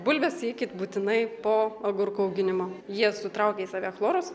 bulves siekit būtinai po agurkų auginimo jie sutraukia į save chlorus